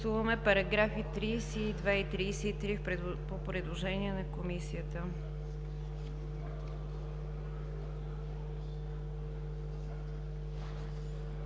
параграфа 32 и 33, по предложение на Комисията.